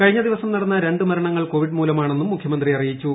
കഴിഞ്ഞ ദിവസം നടന്ന രണ്ട് മരണങ്ങൾ കോവിഡ് മൂലമാണെന്നും മുഖ്യമന്ത്രി അറിയിച്ചു